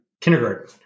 kindergarten